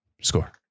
score